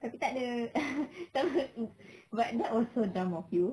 tapi tak ada but that was so dumb of you